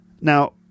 Now